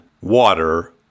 water